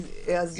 היעזרות במומחים.